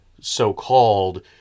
so-called